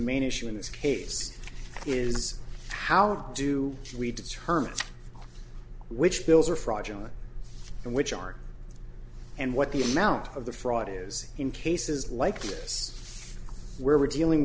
main issue in this case is how do we determine which bills are fraudulent and which are and what the amount of the fraud is in cases like this where we're dealing